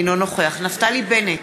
אינו נוכח נפתלי בנט,